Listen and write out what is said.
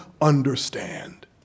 understand